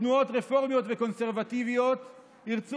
שתנועות רפורמיות וקונסרבטיביות ירצו